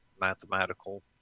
mathematical